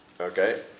Okay